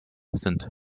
sind